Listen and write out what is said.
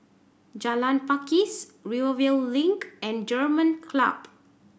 Jalan Pakis Rivervale Link and German Club